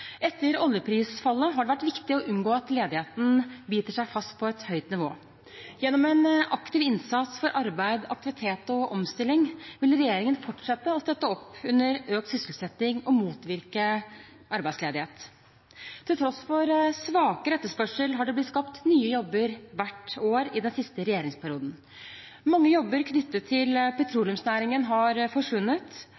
Etter oljeprisfallet har det vært viktig å unngå at ledigheten biter seg fast på et høyt nivå. Gjennom aktiv innsats for arbeid, aktivitet og omstilling vil regjeringen fortsette å støtte opp under økt sysselsetting og motvirke arbeidsledighet. Til tross for svakere etterspørsel har det blitt skapt nye jobber hvert år i den siste regjeringsperioden. Mange jobber knyttet til